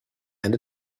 and